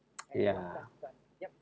ya